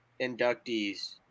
inductees